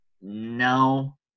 No